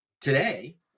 today